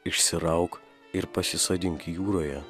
išsirauk ir pasisodink jūroje